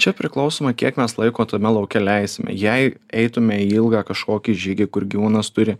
čia priklausomai kiek mes laiko tame lauke leisime jei eitume į ilgą kažkokį žygį kur gyvūnas turi